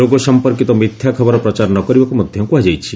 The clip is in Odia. ରୋଗ ସଂପର୍କିତ ମିଥ୍ୟା ଖବର ପ୍ରଚାର ନ କରିବାକୁ ମଧ୍ୟ କୁହାଯାଇଛି